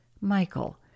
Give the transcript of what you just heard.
Michael